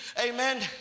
amen